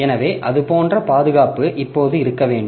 எனவே அது போன்ற பாதுகாப்பு இப்போது இருக்க வேண்டும்